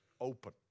open